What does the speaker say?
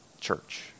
Church